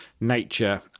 nature